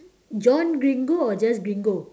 john gringo or just gringo